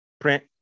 print